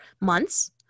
months